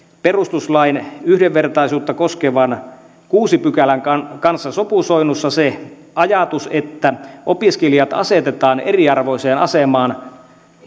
perustuslain yhdenvertaisuutta koskevan kuudennen pykälän kanssa kanssa sopusoinnussa se ajatus että opiskelijat asetetaan eriarvoiseen asemaan